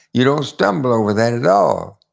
you don't stumble over that at all.